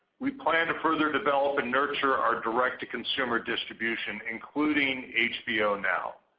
we plan to further develop and nurture our direct to consumer distribution including hbo now.